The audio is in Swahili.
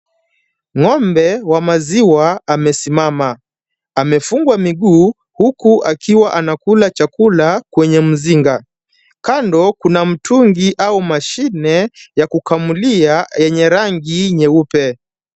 Ng'ombe wa maziwa amesimama. Amefungwa miguu huku akiwa anakula chakula kwenye mzinga. Kando kuna mtungi au mashine ya kukamulia yenye rangi nyeupe.